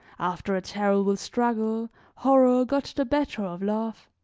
after a terrible struggle horror got the better of love.